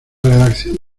redacción